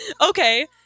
Okay